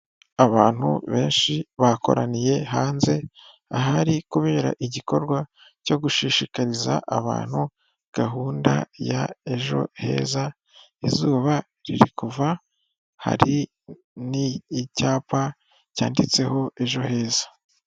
Abantu benshi bakoraniye hanze ahari kubera igikorwa cyo gushishikariza abantu gahunda ya ejo heza, izuba riri kuva hari n'icyapa cyanditseho ejo heza.